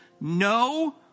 no